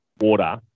water